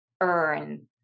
Earn